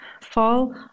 fall